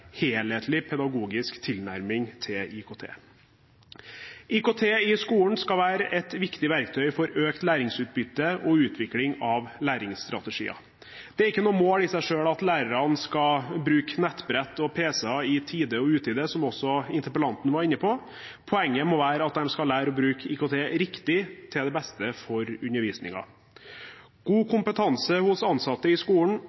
helhetlig pedagogisk tilnærming til IKT. IKT i skolen skal være et viktig verktøy for økt læringsutbytte og utvikling av læringsstrategier. Det er ikke noe mål i seg selv at lærerne skal bruke nettbrett og pc-er i tide og utide, som også interpellanten var inne på. Poenget må være at de skal lære å bruke IKT riktig, til det beste for undervisningen. God kompetanse hos ansatte i skolen,